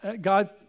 God